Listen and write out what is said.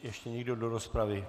Ještě někdo do rozpravy?